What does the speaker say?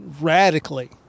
radically